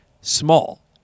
small